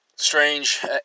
Strange